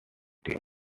team